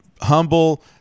humble